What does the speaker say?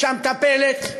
שהמטפלת,